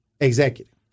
executive